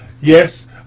yes